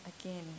again